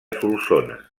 solsona